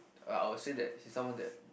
I will say that is someone that